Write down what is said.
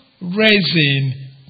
raising